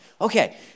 Okay